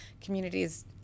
communities